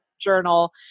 journal